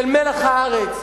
של מלח הארץ?